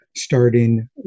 Starting